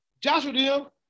Joshua